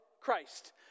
Christ